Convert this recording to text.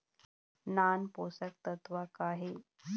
नान पोषकतत्व का हे?